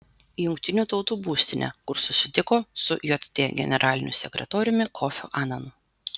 jungtinių tautų būstinę kur susitiko su jt generaliniu sekretoriumi kofiu ananu